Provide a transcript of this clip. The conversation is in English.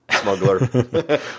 smuggler